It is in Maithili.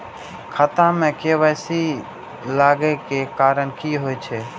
खाता मे के.वाई.सी लागै के कारण की होय छै?